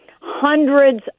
hundreds